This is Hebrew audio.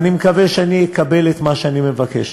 ואני מקווה שאני אקבל את מה שאני מבקש.